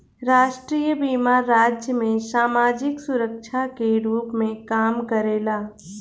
राष्ट्रीय बीमा राज्य में सामाजिक सुरक्षा के रूप में काम करेला